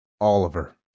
Oliver